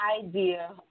idea